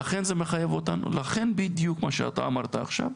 לכן זה מחייב אותנו, בדיוק מה שאתה אמרת עכשיו.